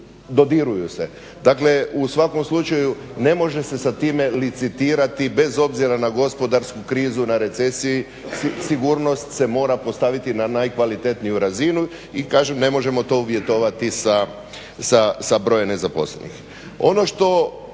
dodiruju se. Dakle, u svakom slučaju ne može se sa time licitirati bez obzira na gospodarsku krizu, na recesiju, sigurnost se mora postaviti na najkvalitetniju razinu i kažem ne možemo to uvjetovati sa brojem nezaposlenih.